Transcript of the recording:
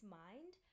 mind